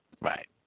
Right